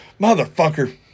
Motherfucker